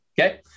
Okay